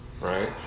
Right